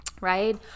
Right